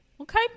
okay